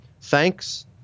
thanks